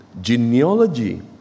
genealogy